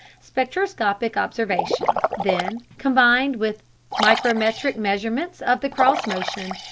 spectroscopic observation, then, combined with micrometric measurements of the cross motion,